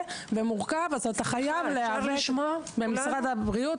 ומורכב אתה חייב להיאבק במשרד הבריאות,